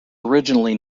originally